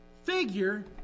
figure